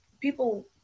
people